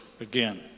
again